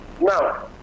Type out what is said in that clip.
Now